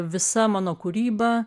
visa mano kūryba